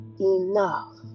enough